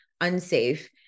unsafe